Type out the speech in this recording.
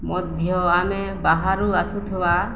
ମଧ୍ୟ ଆମେ ବାହାରୁ ଆସୁଥିବା